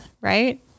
right